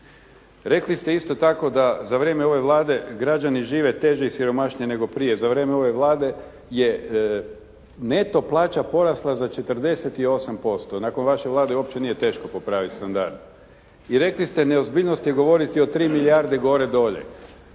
Rekli ste isto tako da za vrijeme ove Vlade građani žive teže i siromašnije nego prije. Za vrijem ove Vlade je neto plaća porasla za 48%. Nakon vaše Vlade uopće nije teško popraviti standard. I rekli ste, neozbiljnost je govoriti o tri milijarde gore, dolje.